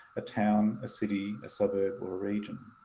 a town, a city, a suburb or a region.